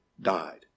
died